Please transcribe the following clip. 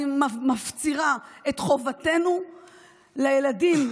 אני מפצירה: את חובתנו לילדים,